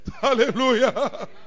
hallelujah